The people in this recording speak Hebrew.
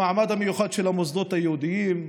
המעמד המיוחד של המוסדות היהודיים,